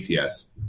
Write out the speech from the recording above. ATS